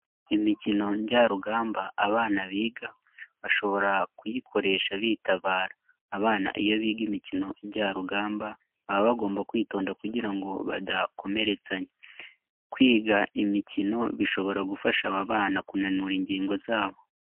Imikino njyarugamba abana biga, bashobora kuyikoresha bitabara. Abana iyo biga imikino njyarugamba baba bagomba kwitonda kugira ngo badakomeretsanya. Kwiga imikino bishobora gufasha aba bana kunanura ingingo zabo.